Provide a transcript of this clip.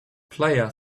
player